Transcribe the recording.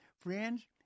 friends